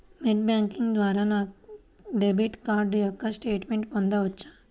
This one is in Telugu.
నెట్ బ్యాంకింగ్ ద్వారా నా డెబిట్ కార్డ్ యొక్క స్టేట్మెంట్ పొందవచ్చా?